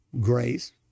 grace